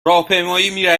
راهپیمایی